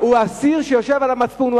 הוא אסיר שיושב על מצפון.